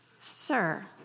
sir